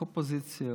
קופוזיציה,